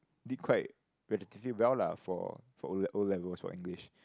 did quite relatively well lah for for O O-levels for English